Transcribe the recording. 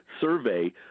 survey